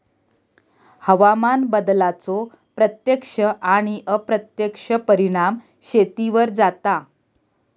हवामान बदलाचो प्रत्यक्ष आणि अप्रत्यक्ष परिणाम शेतीवर जाता